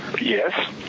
Yes